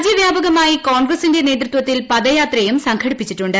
രാജ്യവ്യാപകമായി കോൺഗ്രസ്സിന്റെ നേതൃത്വത്തിൽ പദയാത്രയും സംഘടിപ്പിച്ചിട്ടുണ്ട്